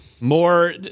more